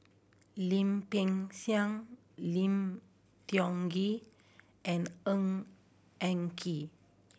Lim Peng Siang Lim Tiong Ghee and Ng Eng Kee